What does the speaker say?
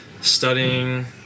studying